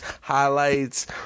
highlights